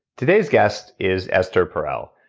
today's guest is esther perel.